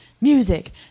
music